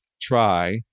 try